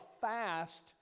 fast